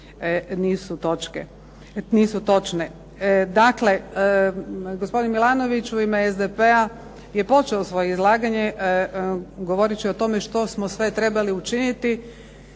nisu točne. Dakle, gospodin Milanović u ime SDP-a je počeo svoje izlaganje govoreći o tome što smo sve trebali učiniti